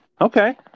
Okay